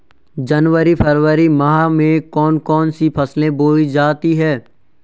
जनवरी फरवरी माह में कौन कौन सी फसलें बोई जाती हैं?